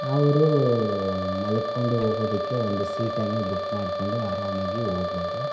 ಅವ್ರು ಮಲ್ಕೊಂಡು ಹೋಗೋದಿಕ್ಕೆ ಒಂದು ಸೀಟನ್ನು ಬುಕ್ ಮಾಡಿಕೊಂಡು ಆರಾಮಾಗಿ ಹೋಗ್ಬೋದು